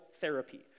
therapy